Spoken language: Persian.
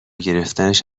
گرفتنش